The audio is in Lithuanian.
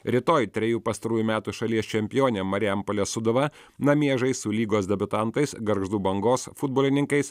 rytoj trejų pastarųjų metų šalies čempionė marijampolės sūduva namie žais su lygos debiutantais gargždų bangos futbolininkais